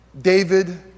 David